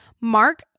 Mark